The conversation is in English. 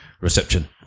Reception